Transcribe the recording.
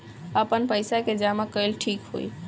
आपन पईसा के जमा कईल ठीक होई?